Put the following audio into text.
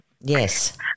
Yes